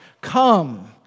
Come